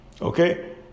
okay